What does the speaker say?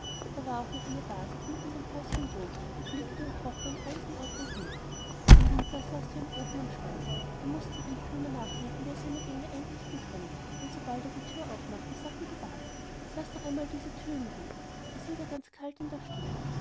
da war auch noch eine base die mit in dem häuschen wohnte die flickte und kochte und alles in ordnung hielt im winter saß sie am ofen und spann da mußte rico immer nachdenken wie er seine gänge einrichten könne denn sobald er die tür aufmachte sagte die base laß doch einmal diese tür in ruh es wird ja ganz kalt in der stube